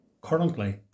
currently